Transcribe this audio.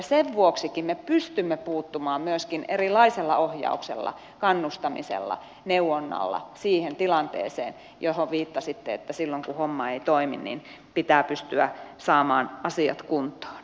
senkin vuoksi me pystymme puuttumaan myöskin ohjauksella kannustamisella neuvonnalla siihen tilanteeseen johon viittasitte että silloin kun homma ei toimi pitää pystyä saamaan asiat kuntoon